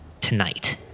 tonight